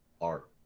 art